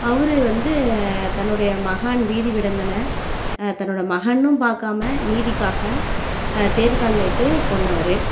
அவரு வந்து தன்னுடைய மகன் வீதி விடங்கனை தன்னுடைய மகனென்னு பார்க்காம நீதிக்காக தேர் காலில் இட்டு கொன்னவர்